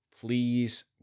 please